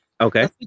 Okay